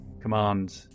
command